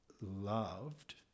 loved